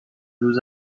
روز